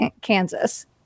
Kansas